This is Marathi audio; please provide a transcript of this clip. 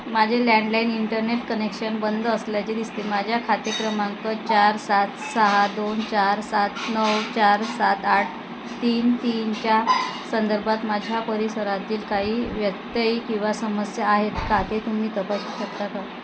माझे लँडलाईन इंटरनेट कनेक्शन बंद असल्याचे दिसते माझ्या खाते क्रमांक चार सात सहा दोन चार सात नऊ चार सात आठ तीन तीनच्या संदर्भात माझ्या परिसरातील काही व्यत्यय किंवा समस्या आहेत का ते तुम्ही तपासू शकता करा